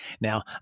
Now